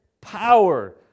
power